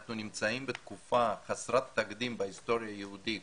אנחנו נמצאים בתקופה חסרת תקדים בהיסטוריה היהודית